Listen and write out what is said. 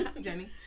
jenny